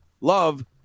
love